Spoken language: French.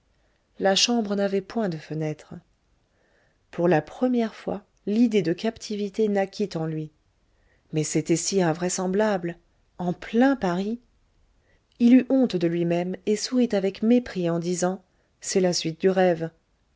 la chambre n'avait point de fenêtre pour la première fois l'idée de captivité naquit en lui mais c'était si invraisemblable en plein paris il eut honte de lui-même et sourit avec mépris en disant c'est la suite du rêve